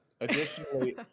Additionally